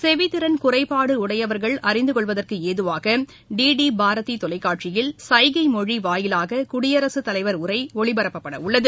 செவித்திறன் குறைபாடு உடையவர்கள் அழிந்து கொள்வதற்கு ஏதுவாக டி டி பாரதி தொலைக்காட்சியில் சைகை மொழி வாயிலாக குடியரசு தலைவர் உரை ஒளிபரப்பப்படவுள்ளது